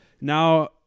now